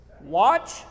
Watch